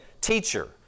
teacher